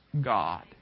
God